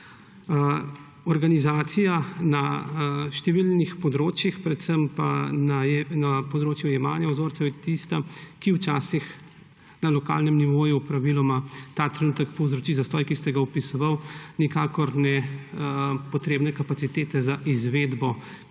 Organizacija na številnih področjih, predvsem pa na področju jemanja vzorcev je tista, ki včasih, praviloma na lokalnem nivoju, ta trenutek povzroči zastoj, ki ste ga opisovali, nikakor ne potrebne kapacitete za izvedbo